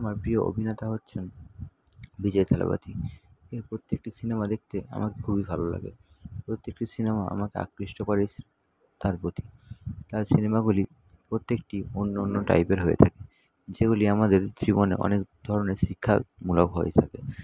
আমার প্রিয় অভিনেতা হচ্ছেন বিজয় থালাপাতি এর প্রত্যেকটি সিনেমা দেখতে আমার খুবই ভালো লাগে প্রত্যেকটি সিনেমা আমাকে আকৃষ্ট করে তার প্রতি তার সিনেমাগুলি প্রত্যেকটি অন্য অন্য টাইপের হয়ে থাকে যেগুলি আমাদের জীবনে অনেক ধরনের শিক্ষার মূলক হয়ে থাকে